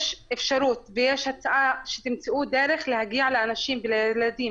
יש אפשרות ויש הצעה שתמצאו דרך להגיע לאנשים לילדים